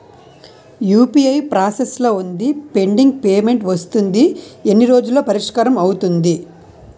UPI process లో వుంది pending payment వస్తుంది ఎన్ని రోజుల్లో పరిష్కారం అవుతుంది